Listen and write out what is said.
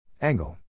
Angle